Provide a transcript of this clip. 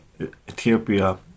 Ethiopia